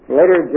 later